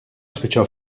spiċċaw